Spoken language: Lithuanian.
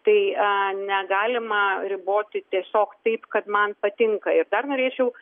tai negalima riboti tiesiog taip kad man patinka ir dar norėčiau